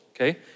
okay